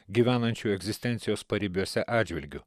gyvenančių egzistencijos paribiuose atžvilgiu